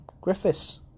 Griffiths